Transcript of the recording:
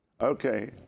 Okay